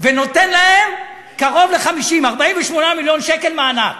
ונותן להם קרוב ל-50, 48 מיליון שקל מענק.